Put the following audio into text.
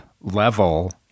level